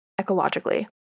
ecologically